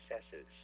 successes